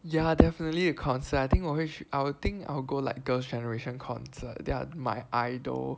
ya definitely to concert I think 我会去 I will think I'll go like Girls Generation concert they are my idol